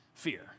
fear